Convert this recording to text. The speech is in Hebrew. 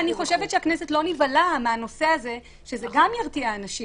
חושבת שהכנסת לא נבהלה מהנושא הזה שזה גם ירתיע אנשים.